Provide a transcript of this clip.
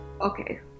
Okay